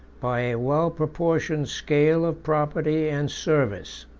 by a well-proportioned scale of property and service.